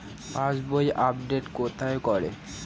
পাসবই update কোথায় করে?